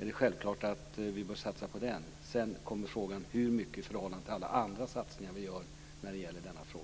är det självklart att vi bör satsa på den. Sedan kommer frågan hur mycket, i förhållande till alla andra satsningar vi gör när det gäller denna fråga.